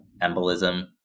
embolism